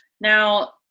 now